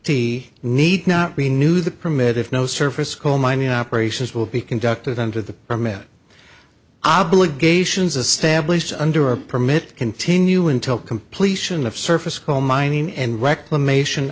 t need not be new the permit if no surface coal mining operations will be conducted under the are met obligations a stablished under a permit continue until completion of surface coal mining and reclamation